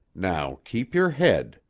now, keep your head.